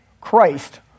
Christ